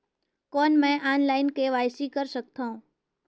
कौन मैं online KYC कर सकथव?